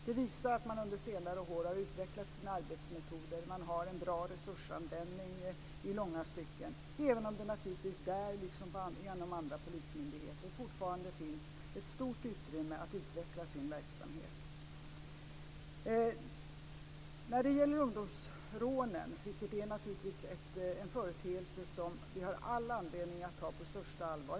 Det visar att man under senare år har utvecklat sina arbetsmetoder och att man har en bra resursanvändning i långa stycken, även om det naturligtvis där liksom inom många andra polismyndigheter finns ett stort utrymme att utveckla sin verksamhet. Ungdomsrånen är naturligtvis en företeelse som vi har all anledning att ta på största allvar.